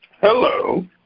hello